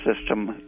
system